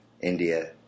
India